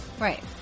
Right